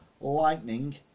lightning